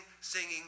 singing